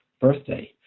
birthday